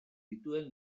dituen